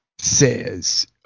says